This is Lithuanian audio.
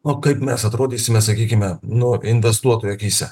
o kaip mes atrodysime sakykime nu investuotojų akyse